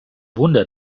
wunder